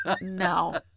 No